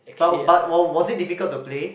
but but wa~ was it difficult to play